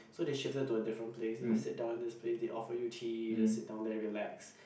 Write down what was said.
so they shifted to a different place then you sit down in this place they offer you tea you just sit down there relax